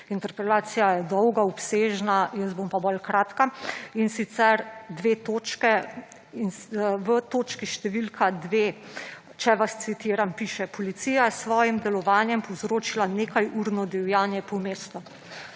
Interpelacija je dolga, obsežna, jaz bom pa bolj kratka. In sicer, v točki številka dve, če vas citiram, piše: »Policija je s svojim delovanjem povzročila nekajurno divjanje po mestu.«